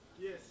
yes